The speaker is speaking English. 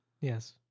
Yes